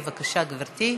בבקשה, גברתי.